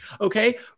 Okay